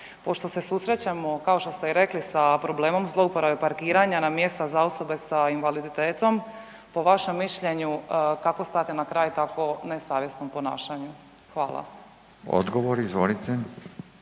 Pošto se susrećemo kao što ste i rekli sa problemom zlouporabe parkiranja na mjesta za osobe sa invaliditetom, po vašem mišljenju kako stati na kraj tako nesavjesnom ponašanju? Hvala. **Radin, Furio